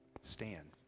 stand